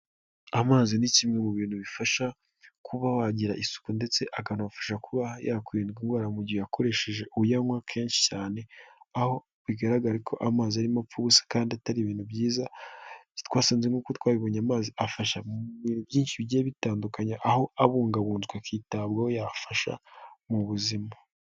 Amazi ni kimwe mu bintu bifasha kuba wagira isuku ndetse akanafasha kuba hakwirindwa indwara mu gihe uyakoresheje uyanywa kenshi cyane, aho bigaragara ko amazi arimo apfa ubusa kandi atari ibintu byiza, icyo twasanze nkuko twabibonye amazi afasha mu bintu byinshi bigiye bitandukanya, aho abungabunzwe akitabwaho yafasha mu buzima.